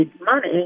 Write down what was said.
money